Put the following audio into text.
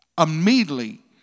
immediately